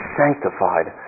sanctified